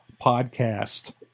podcast